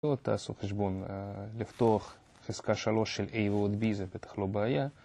תעשו חשבון, לפתוח חזקה שלוש של A ועוד B זה בטח לא בעיה